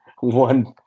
one